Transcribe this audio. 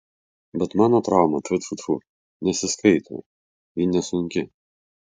bet mano trauma tfu tfu tfu nesiskaito ji nesunki